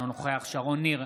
אינו נוכח שרון ניר,